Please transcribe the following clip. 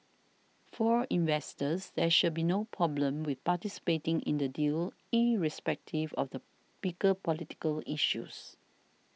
for investors there should be no problem with participating in the deal irrespective of the bigger political issues